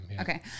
Okay